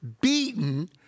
beaten